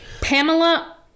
Pamela